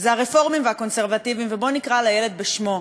הרפורמים והקונסרבטיבים, ובואו נקרא לילד בשמו: